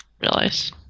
realize